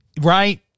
Right